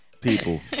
People